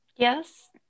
Yes